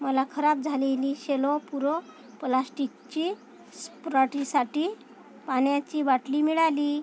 मला खराब झालेली शेलो पुरो पलास्टिकची स्प्रॉटीसाठी पाण्याची बाटली मिळाली